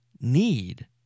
need